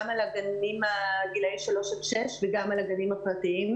על גני גילאי שלוש עד שש וגם על הגנים הפרטיים.